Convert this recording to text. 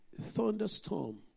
thunderstorm